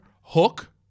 Hook